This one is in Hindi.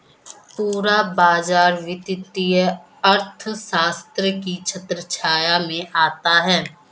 पूरा बाजार वित्तीय अर्थशास्त्र की छत्रछाया में आता है